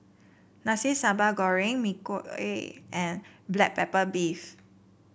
Nasi Sambal Goreng Mee Kuah and Black Pepper Beef